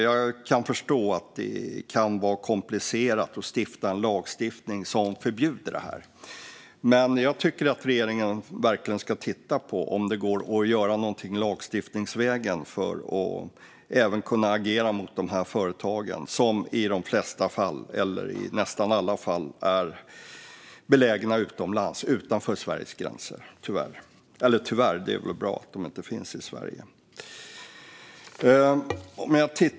Jag kan förstå att det kan vara komplicerat att stifta lagar som förbjuder det här, men jag tycker att regeringen ska titta på om det går att göra något lagstiftningsvägen för att agera mot dessa företag även om de i nästan alla fall tyvärr är belägna utanför Sveriges gränser. Eller tyvärr - det är väl bra att de inte finns i Sverige.